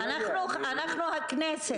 אנחנו הכנסת.